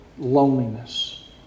Loneliness